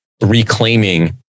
reclaiming